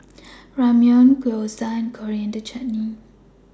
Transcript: Ramyeon Gyoza and Coriander Chutney